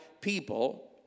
people